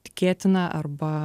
tikėtina arba